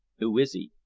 who is he?